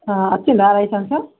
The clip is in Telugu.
ఆ వచ్చిందా లైసెన్స్